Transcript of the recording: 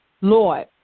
Lord